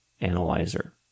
analyzer